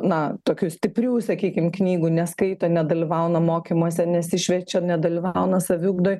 na tokių stiprių sakykim knygų neskaito nedalyvauna mokymuose nesišviečia nedalyvauna saviugdoj